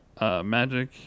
Magic